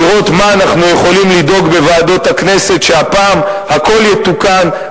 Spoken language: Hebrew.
לראות למה אנחנו יכולים לדאוג בוועדות הכנסת שהפעם הכול יתוקן,